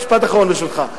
משפט אחרון, ברשותך.